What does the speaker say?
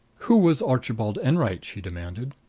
who was archibald enwright? she demanded.